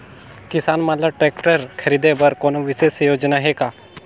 किसान मन ल ट्रैक्टर खरीदे बर कोनो विशेष योजना हे का?